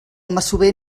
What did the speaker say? masover